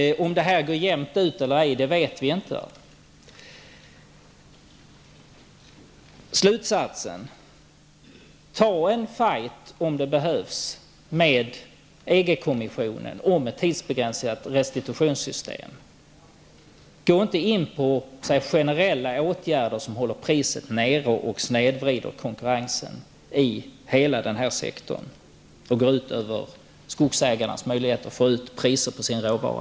Om det här går jämnt ut eller ej vet vi inte. Slutsatsen är: Ta en fight om det behövs med EG kommissionen om ett tidsbegränsat restitutionssystem. Gå inte in på generella åtgärder som håller priset nere och snedvrider konkurrensen i hela denna sektor -- det går ut över skogsägarnas möjligheter att få bra priser på sin råvara.